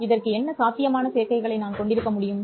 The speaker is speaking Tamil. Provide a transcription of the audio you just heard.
இதற்கு என்ன சாத்தியமான சேர்க்கைகளை நான் கொண்டிருக்க முடியும்